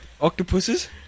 Octopuses